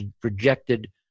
projected